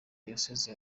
diyosezi